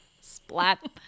Splat